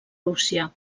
rússia